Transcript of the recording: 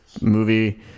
movie